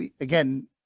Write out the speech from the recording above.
Again